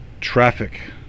traffic